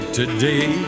today